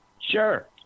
Sure